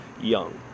young